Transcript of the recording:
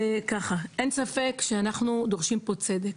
אין ספק שאנחנו דורשים פה צדק,